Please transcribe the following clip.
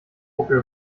buckel